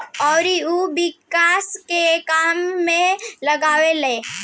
अउरी उ विकास के काम में लगावेले